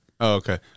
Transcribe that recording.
okay